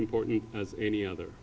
important as any other